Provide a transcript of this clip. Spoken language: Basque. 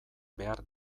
behar